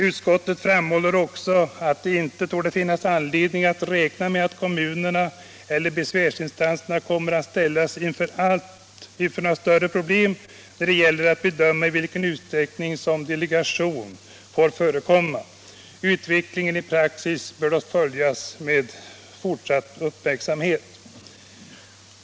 Utskottet framhåller också att det inte torde finnas anledning att räkna med att kommunerna eller besvärsinstanserna kommer att ställas inför några större problem när det gäller att bedöma i vilken utsträckning som delegation får förekomma. Utvecklingen i praxis bör dock följas med fortsatt uppmärksamhet.